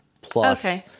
plus